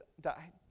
died